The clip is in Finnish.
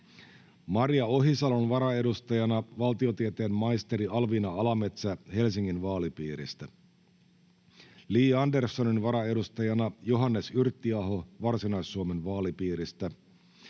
Maria Ohisalon varaedustajana valtiotieteen maisteri Alviina Alametsä Helsingin vaalipiiristä, Li Anderssonin varaedustajana Johannes Yrttiaho Varsinais-Suomen vaalipiiristä,